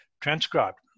transcribed